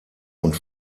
und